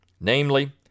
namely